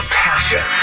passion